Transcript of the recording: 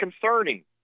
concerning